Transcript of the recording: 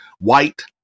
White